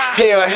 hell